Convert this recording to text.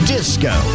Disco